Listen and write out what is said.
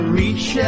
reach